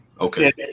okay